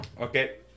okay